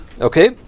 Okay